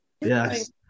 Yes